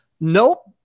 nope